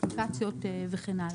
אפליקציות וכן הלאה.